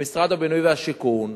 במשרד הבינוי והשיכון,